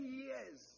years